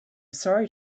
sorry